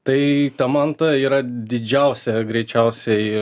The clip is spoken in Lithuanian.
tai ta manta yra didžiausia greičiausiai